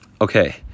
Okay